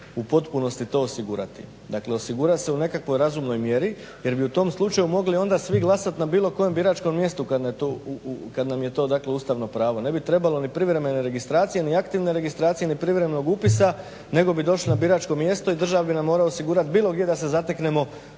u potpunosti to osigurati. Dakle osigura se u nekakvoj razumnoj mjeri jer bi u tom slučaju mogli onda svi glasati na bilo kojem biračkom mjestu kada nam je to ustavno pravo, ne bi trebalo ni privremene registracije ni aktivne registracije ni privremenog upisa nego bi došli na biračko mjesto i država bi nam morala osigurati bilo gdje da se zateknemo